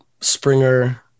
Springer